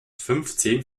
fünfzehn